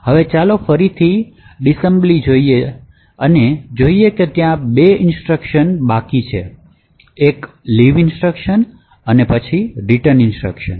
હવે ચાલો ફરી ડિસમ્બ્લી જોઈએ છીએ તે એ છે કે ત્યાં 2 ઇન્સટ્રક્શન બાકી છે એક લીવ ઇન્સટ્રક્શન અને પછી રિટર્ન ઇન્સટ્રક્શન